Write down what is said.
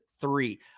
three